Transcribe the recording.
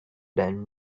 than